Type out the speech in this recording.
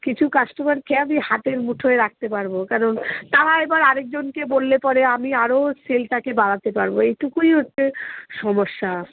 কিছু কাস্টমারকে আমি হাতের মুঠোয় রাখতে পারব কারণ তারা এবার আরেকজনকে বললে পরে আমি আরও সেলটাকে বাড়াতে পারব এইটুকুই হচ্ছে সমস্যা